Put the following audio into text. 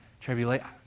tribulation